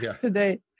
today